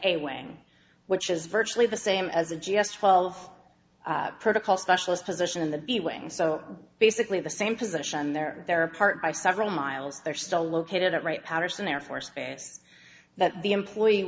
a wing which is virtually the same as a g s twelve protocol specialist position in the b wing so basically the same position they're there apart by several miles they're still located at wright patterson air force base that the employee